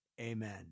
Amen